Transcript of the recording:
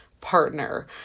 partner